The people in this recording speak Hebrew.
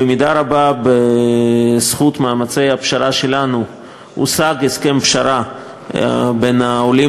במידה רבה בזכות מאמצי הפשרה שלנו הושג הסכם פשרה בין העולים